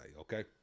Okay